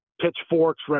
pitchforks